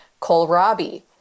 kohlrabi